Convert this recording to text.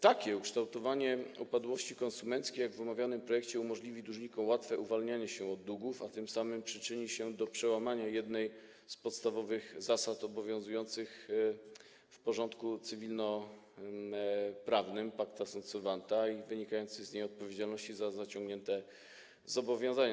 Takie ukształtowanie upadłości konsumenckiej, jak w omawianym projekcie, umożliwi dłużnikom łatwe uwalnianie się od długów, a tym samym przyczyni się do przełamania jednej z podstawowych zasad obowiązujących w porządku cywilnoprawnym: pacta sunt servanda i wynikającej z niej odpowiedzialności za zaciągnięte zobowiązania.